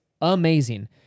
amazing